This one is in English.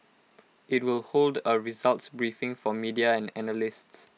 IT will hold A results briefing for media and analysts